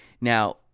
now